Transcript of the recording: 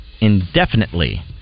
indefinitely